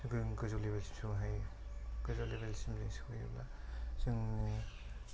जों गोजौ लेभेलसिम सहैनो हायो गोजौ लेभेलसिम सहैब्ला जोंनि